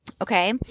Okay